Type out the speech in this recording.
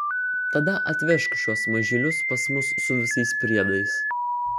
tada atvežk šiuos mažylius pas mus su visais priedais